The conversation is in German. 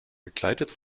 begleitet